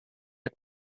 had